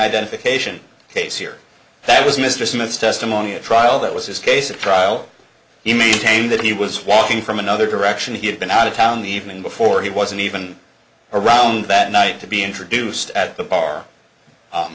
identification case here that was mr smith's testimony at trial that was his case at trial he maintained that he was walking from another direction he had been out of town the evening before he wasn't even around that night to be introduced at the bar